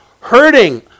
hurting